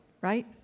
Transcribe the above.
right